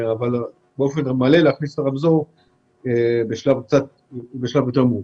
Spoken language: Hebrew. להכניס באופן מלא את מודל הרמזור בשלב יותר מאוחר.